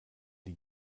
die